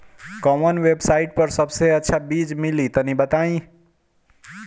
कवन वेबसाइट पर सबसे अच्छा बीज मिली तनि बताई?